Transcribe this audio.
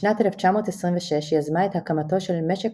בשנת 1926 יזמה את הקמתו של "משק